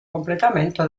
completamento